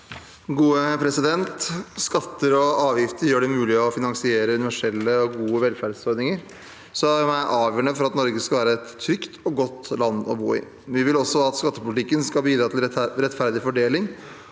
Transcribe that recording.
Skat- ter og avgifter gjør det mulig å finansiere universelle og gode velferdsordninger, som er avgjørende for at Norge skal være et trygt og godt land å bo i. Vi vil også at skattepolitikken skal bidra til rettferdig fordeling